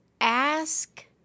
ask